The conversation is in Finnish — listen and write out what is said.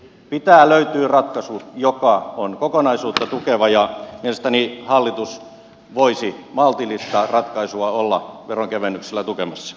pitää löytyä ratkaisu joka on kokonaisuutta tukeva ja mielestäni hallitus voisi maltillista ratkaisua olla veronkevennyksillä tukemassa